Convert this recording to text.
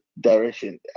direction